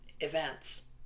events